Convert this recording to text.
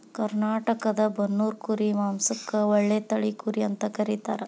ಕರ್ನಾಟಕದ ಬನ್ನೂರು ಕುರಿ ಮಾಂಸಕ್ಕ ಒಳ್ಳೆ ತಳಿ ಕುರಿ ಅಂತ ಕರೇತಾರ